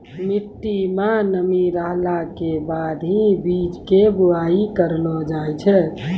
मिट्टी मं नमी रहला के बाद हीं बीज के बुआई करलो जाय छै